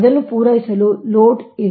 ಅದನ್ನು ಪೂರೈಸಲು ಲೋಡ್ ಆಗಿದೆ